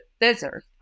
desert